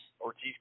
Ortiz